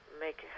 Make